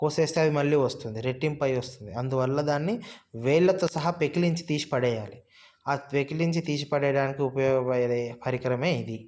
కోసేస్తే అది మళ్ళీ వస్తుంది రెట్టింపై వస్తుంది అందువల్ల దాన్ని వేళ్ళతో సహా పెకిలించి తీసి పడేయాలి ఆ పెకిలించి తీసి పడేయడానికి ఉపయోగపడే పరికరమే ఇది